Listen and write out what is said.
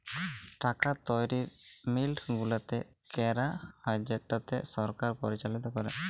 টাকা তৈরি সরকারি মিল্ট গুলাতে ক্যারা হ্যয় যেটকে সরকার পরিচালিত ক্যরে